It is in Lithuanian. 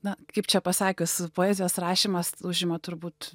na kaip čia pasakius poezijos rašymas užima turbūt